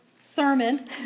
sermon